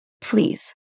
please